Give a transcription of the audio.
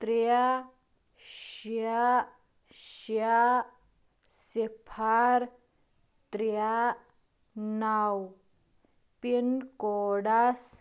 ترٛےٚ شےٚ شےٚ صِفَر ترٛےٚ نو پِن کوڈس